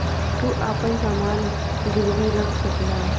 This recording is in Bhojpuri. तू आपन समान गिर्वी रख सकला